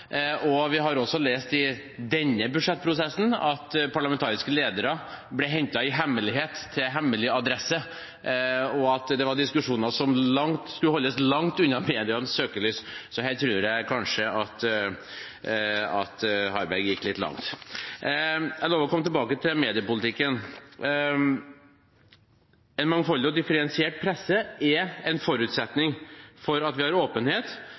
og vi har også lest i denne budsjettprosessen at parlamentariske ledere ble hentet i hemmelighet til hemmelig adresse, og at det var diskusjoner som skulle holdes langt unna medienes søkelys. Så her tror jeg kanskje Harberg gikk litt langt. Jeg lovte å komme tilbake til mediepolitikken. En mangfoldig og differensiert presse er en forutsetning for at vi har åpenhet,